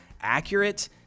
accurate